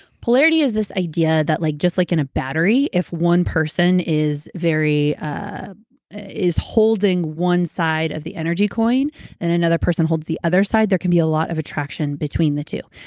polarity is this idea that, like just like in a battery, if one person is very. ah is holding one side of the energy coin and another person holds the other side, there can be a lot of attraction between the two.